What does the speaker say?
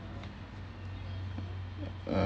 uh